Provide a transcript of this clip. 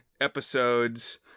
episodes